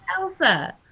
Elsa